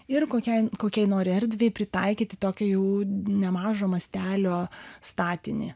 ir kokiai kokiai nori erdvei pritaikyti tokią jų nemažo mastelio statinį